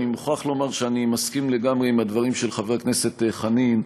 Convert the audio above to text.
אני מוכרח לומר שאני מסכים לגמרי עם הדברים של חבר הכנסת חנין,